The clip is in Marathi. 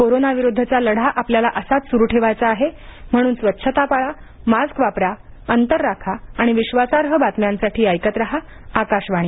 कोरोनाविरुद्धचा लढा आपल्याला असाच सुरू ठेवायचा आहे म्हणून स्वच्छता पाळा मास्क वापरा अंतर राखा आणि विश्वासार्ह बातम्यांसाठी ऐकत राहा आकाशवाणी